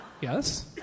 Yes